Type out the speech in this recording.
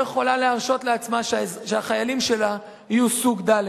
לא יכולה להרשות לעצמה שהחיילים שלה יהיו סוג ד'.